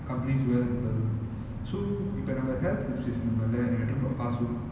accompanies well with the burger so இப்ப நம்ம:ippa namma health restriction னால நெடும்ப:nala nedumba fast food